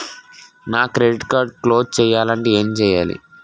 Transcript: నా credit card close చేయాలంటే ఏంటి చేయాలి?